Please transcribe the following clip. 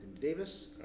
Davis